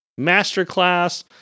masterclass